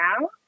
now